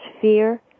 fear